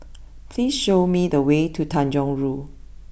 please show me the way to Tanjong Rhu